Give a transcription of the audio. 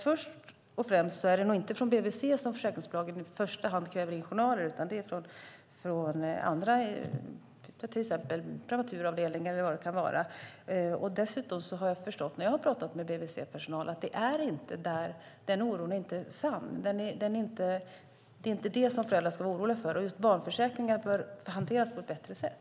Det är nog inte från bvc som försäkringsbolagen i första hand begär in journaler utan från till exempel prematuravdelningar eller vad det kan vara. Dessutom har jag förstått när jag har pratat med bvc-personal att det inte är detta som föräldrar ska vara oroliga för. Just barnförsäkringar bör hanteras på ett bättre sätt.